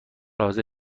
حاضر